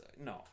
No